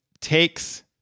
takes